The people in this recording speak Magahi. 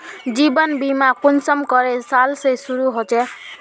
जीवन बीमा कुंसम करे साल से शुरू होचए?